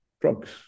drugs